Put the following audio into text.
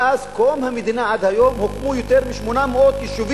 מאז קום המדינה ועד היום הוקמו יותר מ-800 יישובים,